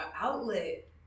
outlet